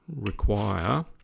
require